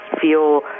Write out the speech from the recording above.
feel